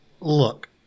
Look